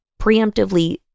Preemptively